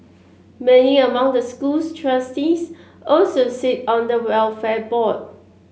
many among the school's trustees also sit on the welfare board